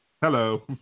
Hello